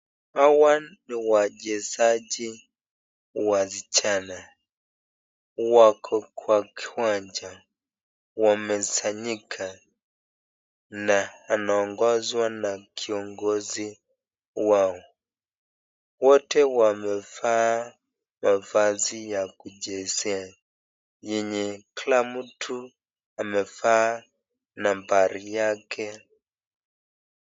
Hawa ni wachezaji wasichana wako kwa kiwanja wamesanyika na wanaongozwa na kiongozi wao. Wote wamevaa mavazi ya kuchezea yenye kila mtu amevaa nambari yake.